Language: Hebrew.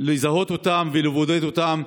לזהות אותם ולבודד אותם,